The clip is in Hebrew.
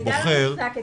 המידע לא מוחזק אצלי.